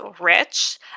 rich